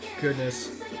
Goodness